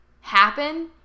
happen